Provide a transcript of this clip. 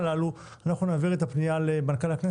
חוק הניקוז והגנה מפני שיטפונות.